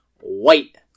white